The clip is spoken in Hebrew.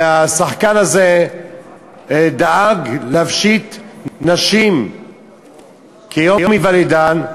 והשחקן הזה דאג להפשיט נשים כביום היוולדן,